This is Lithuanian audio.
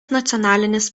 nacionalinis